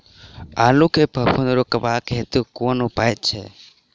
आलु मे फफूंदी रुकबाक हेतु कुन उपाय छै?